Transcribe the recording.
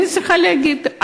אני רוצה להגיד,